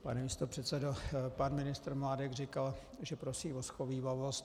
Pane místopředsedo, pan ministr Mládek říkal, že prosí o shovívavost.